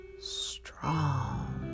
strong